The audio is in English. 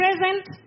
present